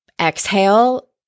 exhale